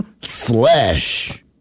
slash